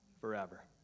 forever